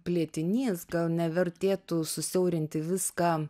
plėtinys gal nevertėtų susiaurinti viską